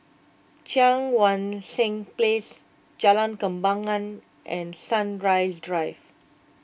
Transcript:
Cheang Wan Seng Place Jalan Kembangan and Sunrise Drive